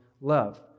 love